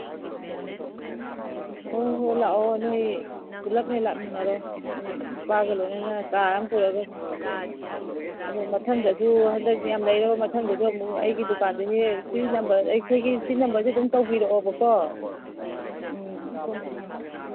ꯑꯥ ꯍꯣꯏ ꯍꯣꯏ ꯂꯥꯛꯑꯣ ꯅꯣꯏ ꯄꯨꯂꯞ ꯍꯦꯛ ꯂꯥꯛꯃꯤꯟꯅꯔꯣ ꯅꯨꯄꯥꯒ ꯂꯣꯏꯅꯅ ꯀꯥꯔ ꯑꯃ ꯄꯨꯔꯒ ꯑꯗꯨ ꯃꯊꯪꯗꯁꯨ ꯍꯟꯗꯛ ꯌꯥꯝ ꯂꯩꯔꯣ ꯃꯊꯪꯗꯁꯨ ꯑꯃꯨꯛ ꯑꯩꯒꯤ ꯗꯨꯀꯥꯟꯗꯒꯤ ꯑꯩꯈꯣꯏꯒꯤ ꯁꯤ ꯅꯝꯔꯁꯤ ꯑꯗꯨꯝ ꯇꯧꯕꯤꯔꯛꯑꯣꯕꯀꯣ ꯎꯝ